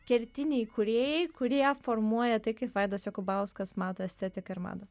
kertiniai kūrėjai kurie formuoja tai kaip vaidas jokubauskas mato estetiką ir madą